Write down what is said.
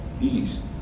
East